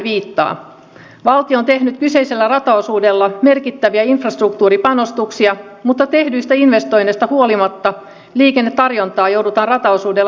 valtio on tehnyt kyseisellä rataosuudella merkittäviä infrastruktuuripanostuksia mutta tehdyistä investoinneista huolimatta liikennetarjontaa joudutaan rataosuudella supistamaan